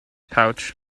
pouch